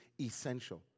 essential